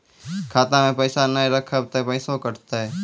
खाता मे पैसा ने रखब ते पैसों कटते?